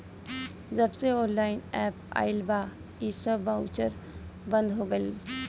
जबसे online app आईल बा इ सब बाउचर बंद हो गईल